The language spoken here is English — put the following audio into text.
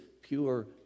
pure